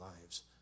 lives